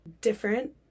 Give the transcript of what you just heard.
different